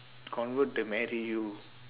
convert to marry you